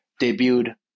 debuted